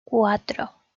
cuatro